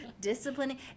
Disciplining